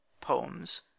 poems